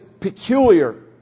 peculiar